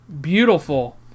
beautiful